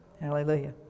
Hallelujah